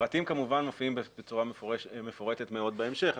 הפרטים כמובן בצורה מפורטת מאוד בהמשך.